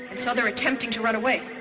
and so they're attempting to run away.